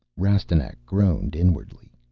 rastignac groaned inwardly.